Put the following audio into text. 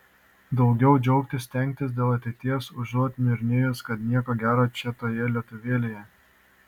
daugiau džiaugtis stengtis dėl ateities užuot niurnėjus kad nieko gero čia toje lietuvėlėje